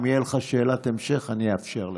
אם תהיה לך שאלת המשך אני אאפשר לך.